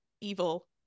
evil